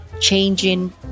changing